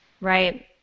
Right